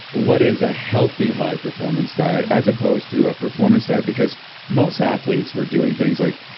what is a healthy high performance diet as opposed to a performance diet? because most athletes were doing things like,